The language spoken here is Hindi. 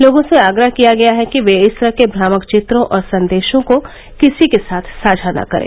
लोगों से आग्रह किया गया है कि वे इस तरह के भ्रामक चित्रों और संदेशों को किसी के साथ साझा न करें